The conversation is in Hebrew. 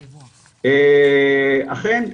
אכן,